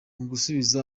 musubize